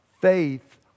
faith